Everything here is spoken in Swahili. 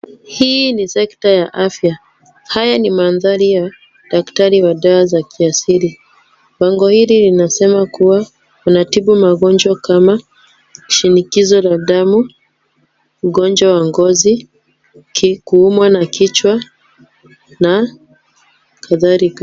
Hii ni sector ya afya haya ni mandhari ya daktari wa dawa za kiasili bango hili linasema kuwa wanatibu magonjwa kama, shinikizo la damu ugonjwa wa ngozi kuumwa na kichwa na kadhalika.